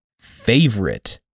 favorite